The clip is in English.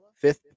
fifth